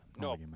No